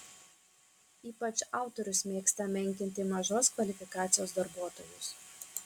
ypač autorius mėgsta menkinti mažos kvalifikacijos darbuotojus